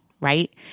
Right